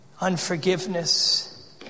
unforgiveness